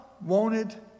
wanted